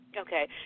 Okay